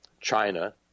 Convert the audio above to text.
China